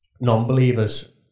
non-believers